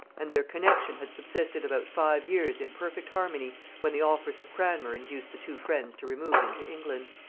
and their connexion had subsisted about five years in perfect harmony when the offers of cranmer induced the two friends to remove into england.